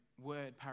word